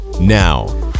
Now